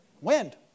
Wind